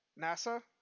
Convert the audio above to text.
nasa